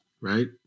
right